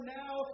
now